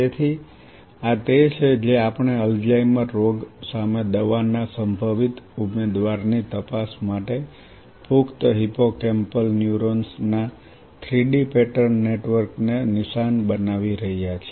તેથી આ તે છે જે આપણે અલ્ઝાઇમર રોગ સામે દવા ના સંભવિત ઉમેદવારની તપાસ માટે પુખ્ત હિપ્પોકેમ્પલ ન્યુરોન્સ ના 3D પેટર્ન નેટવર્ક ને નિશાન બનાવી રહ્યા છી